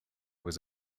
was